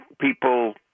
people